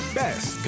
best